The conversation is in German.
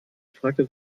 fragte